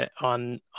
on